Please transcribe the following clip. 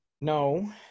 no